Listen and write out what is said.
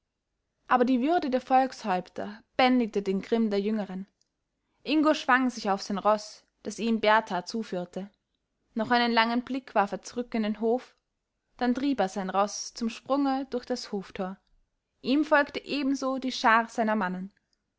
aber die würde der volkshäupter bändigte den grimm der jüngeren ingo schwang sich auf sein roß das ihm berthar zuführte noch einen langen blick warf er zurück in den hof dann trieb er sein roß zum sprung durch das hoftor ihm folgte ebenso die schar seiner mannen